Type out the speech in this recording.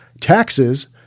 taxes